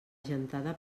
gentada